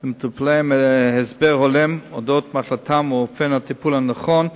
למטופליהם הסבר הולם על אודות מחלתם ואופן הטיפול הנכון בה,